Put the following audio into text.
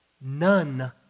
None